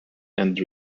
end